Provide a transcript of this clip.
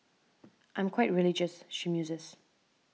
I'm quite religious she muses